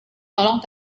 tolong